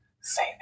Say